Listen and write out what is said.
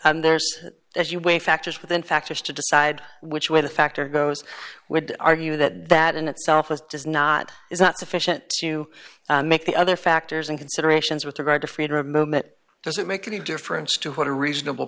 are as you weigh factors within factors to decide which way the factor goes would argue that that in itself is does not is not sufficient to make the other factors and considerations with regard to freedom of movement doesn't make any difference to what a reasonable